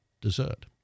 dessert